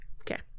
Okay